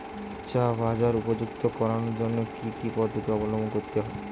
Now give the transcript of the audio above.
চা বাজার উপযুক্ত করানোর জন্য কি কি পদ্ধতি অবলম্বন করতে হয়?